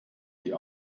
die